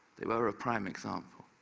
they were a prime example.